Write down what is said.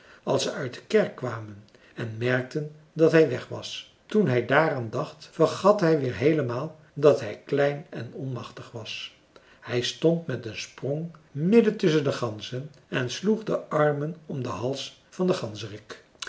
als ze uit de kerk kwamen en merkten dat hij weg was toen hij daaraan dacht vergat hij weer heelemaal dat hij klein en onmachtig was hij stond met een sprong midden tusschen de ganzen en sloeg de armen om den hals van den